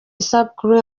isabukuru